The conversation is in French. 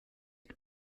est